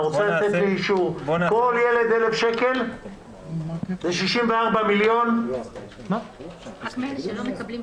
(הישיבה נפסקה בשעה 12:10 ונתחדשה